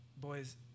boys